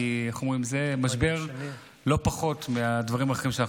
כי זה משבר שהוא לא פחות מהדברים האחרים.